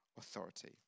authority